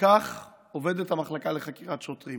שכך עובדת המחלקה לחקירת שוטרים.